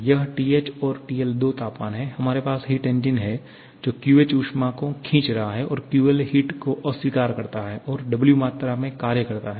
यह TH और TL दो तापमान हैं हमारे पास हिट इंजन है जो QH उष्मा को खींच रहा है और जो QL हिट को अस्वीकार करता है और W मात्रा में कार्य करता है